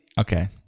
Okay